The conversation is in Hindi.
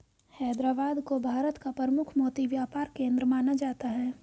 हैदराबाद को भारत का प्रमुख मोती व्यापार केंद्र माना जाता है